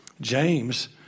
James